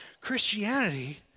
Christianity